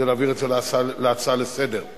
זה להעביר את זה להצעה לסדר-היום.